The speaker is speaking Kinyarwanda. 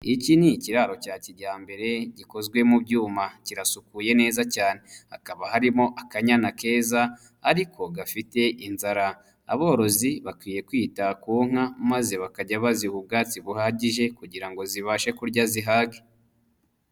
Iki ni ikiraro cya kijyambere gikozwe mu byuma, kirasukuye neza cyane, hakaba harimo akanyana keza ariko gafite inzara, aborozi bakwiye kwita ku nka maze bakajya baziha ubwatsi buhagije kugira ngo zibashe kurya zihage.